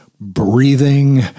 breathing